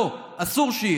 לא, אסור שיהיה.